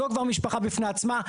זו כבר משפחה בפני עצמה.